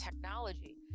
technology